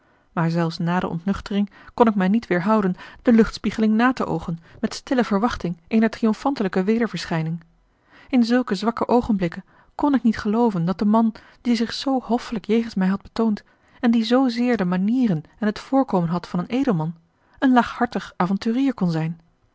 maar zelfs na de ontnuchtering kon ik mij niet weêrhouden de luchtspiegeling na te oogen met stille verwachting eener triomfantelijke wederverschijning in zulke zwakke oogenblikken kon ik niet gelooven dat de man die zich zoo hoffelijk jegens mij had betoond en die zoozeer de manieren en het voorkomen had van een edelman een laaghartige avonturier kon zijn